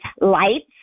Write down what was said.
lights